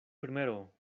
primero